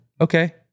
okay